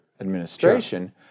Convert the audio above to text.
administration